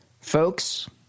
Folks